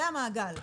זה המעגל.